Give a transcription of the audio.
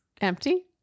empty